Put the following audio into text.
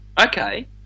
okay